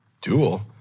Dual